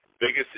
Biggest